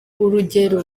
urugero